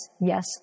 yes